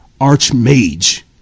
archmage